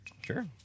Sure